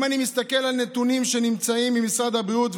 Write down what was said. אם אני מסתכל על נתונים שנמצאים במשרד הבריאות,